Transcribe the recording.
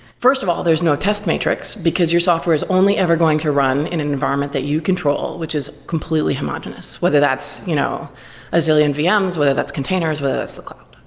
first of all, there's no test matrix because your software is only ever going to run in an environment that you control, which is completely homogeneous, whether that's you know a zillion vms, whether that's containers, whether that's the cloud.